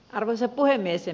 arvoisa puhemies